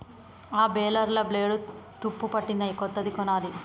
ఆ బేలర్ల బ్లేడ్లు తుప్పుపట్టినయ్, కొత్తది కొనాలి